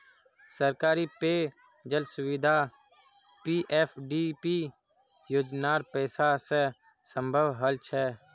सरकारी पेय जल सुविधा पीएफडीपी योजनार पैसा स संभव हल छ